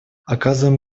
оказываем